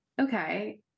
okay